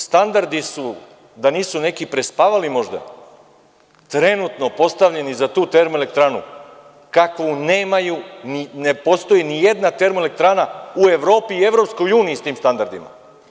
Standardi su, da nisu neki prespavali možda, trenutno postavljeni za tu termoelektranu kakvu nemaju, ne postoji nijedna termoeletrana u Evropi i EU sa tim standardima.